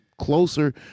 closer